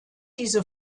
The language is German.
diese